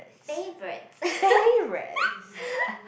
favourite